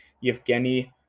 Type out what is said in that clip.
Yevgeny